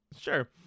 sure